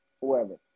whoever